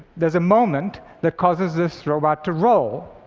there's a moment that causes this robot to roll.